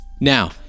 Now